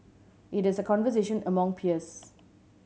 it is a conversation among peers